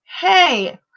Hey